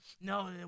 No